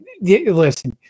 Listen